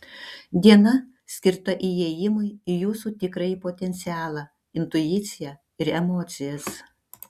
diena skirta įėjimui į jūsų tikrąjį potencialą intuiciją ir emocijas